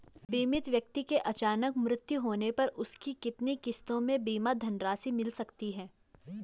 बीमित व्यक्ति के अचानक मृत्यु होने पर उसकी कितनी किश्तों में बीमा धनराशि मिल सकती है?